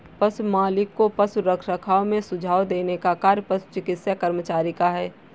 पशु मालिक को पशु रखरखाव में सुझाव देने का कार्य पशु चिकित्सा कर्मचारी का है